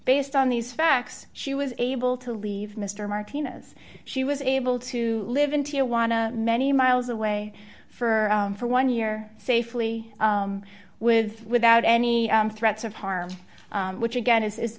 based on these facts she was able to leave mr martinez she was able to live in tijuana many miles away for for one year safely with without any threats of harm which again is i